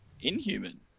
Inhuman